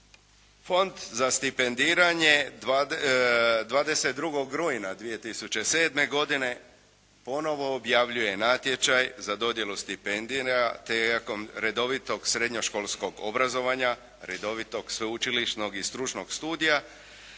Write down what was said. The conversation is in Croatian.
Fond za stipendiranje 22. rujna 2007. godine ponovo objavljuje natječaj za dodjelu stipendija te nakon redovitog srednješkolskog obrazovanja, redovitog sveučilišnog i stručnog studija